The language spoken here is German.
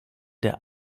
der